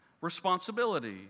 responsibility